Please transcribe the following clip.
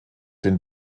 den